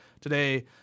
today